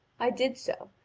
i did so,